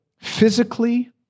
physically